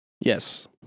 Yes